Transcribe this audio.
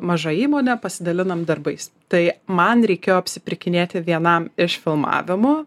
maža įmonė pasidalinam darbais tai man reikėjo apsipirkinėti vienam iš filmavimo